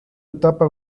etapa